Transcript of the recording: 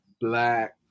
Black